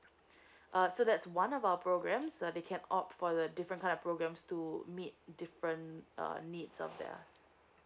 uh so that's one of our program so they can opt for the different kind of programs to meet different uh needs of theirs